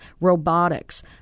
robotics